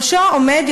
שבראשו עומד,